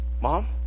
Mom